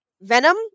Venom